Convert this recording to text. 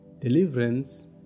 Deliverance